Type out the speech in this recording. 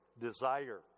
desire